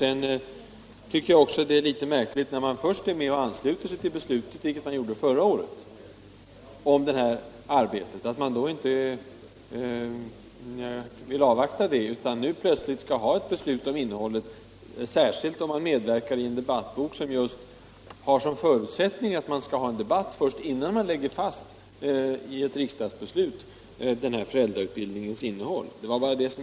Sedan tycker jag det är litet märkligt av Inga Lantz att — som hon gjorde förra året — vara med om att besluta om detta arbete men inte nu vilja avvakta resultatet av det. I stället vill hon nu ha ett beslut om innehållet. Det är också märkligt då hon medverkat i en debattbok, som förutsätter en debatt innan man i ett riksdagsbeslut lägger fast denna föräldrautbildnings innehåll.